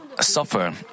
suffer